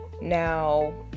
now